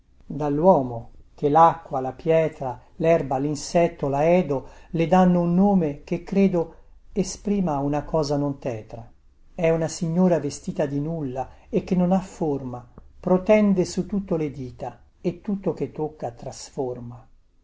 nome che credo esprima una cosa non tetra è una signora vestita di nulla e che non ha forma protende su tutto le dita e tutto che tocca trasforma